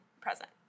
present